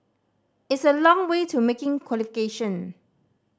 it's a long way to making qualification